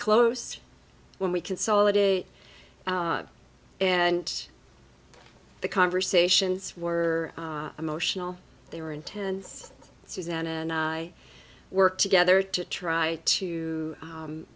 close when we consolidate and the conversations were emotional they were intense susanna and i work together to try to